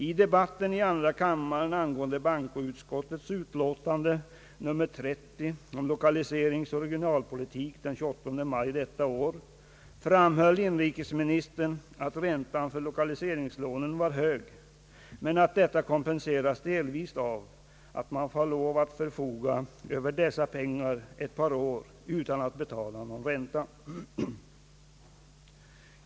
I debatten i andra kammaren angående bankoutskottets utlåtande nr 30 om lokaliseringsoch regionalpolitik den 28 maj detta år framhöll inrikesministern att räntan för lokaliseringslånen var hög, men att detta kompenseras delvis av att man får lov att förfoga över dessa pengar ett par år utan att ails betala någon ränta.